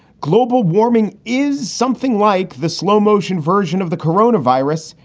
global warming is something like the slow motion version of the coronavirus,